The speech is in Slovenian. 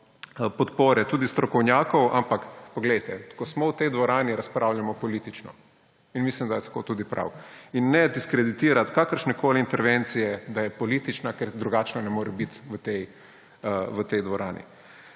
podpore tudi strokovnjakov, ampak poglejte, ko smo v tej dvorani, razpravljamo politično, in mislim, da je tako tudi prav. Ne diskreditirati kakršnekoli intervencije, da je politična, ker drugačna ne more biti v tej dvorani.